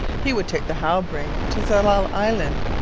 he would take the halbrane to tsalal island,